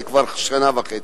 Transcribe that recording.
זה כבר שנה וחצי.